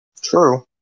True